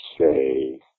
say